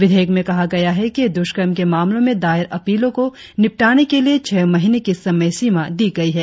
विधेयक में कहा गया है कि दुष्कर्म के मामलों में दायर अपीलों को निपटाने के लिए छह महीने की समय सीमा दी गई है